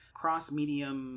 cross-medium